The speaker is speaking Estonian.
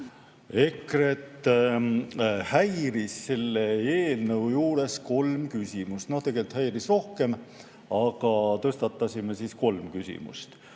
EKRE-t häiris selle eelnõu juures kolm küsimust. Tegelikult häiris rohkem, aga tõstatasime kolm küsimust.